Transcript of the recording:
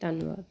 ਧੰਨਵਾਦ